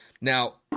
Now